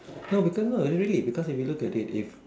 no because no really because if you look at it if